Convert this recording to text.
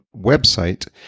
website